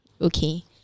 okay